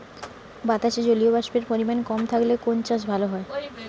বাতাসে জলীয়বাষ্পের পরিমাণ কম থাকলে কোন চাষ ভালো হয়?